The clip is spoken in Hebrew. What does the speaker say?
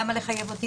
למה לחייב אותי?